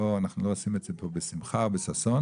אנחנו לא עושים את זה פה בשמחה ובששון.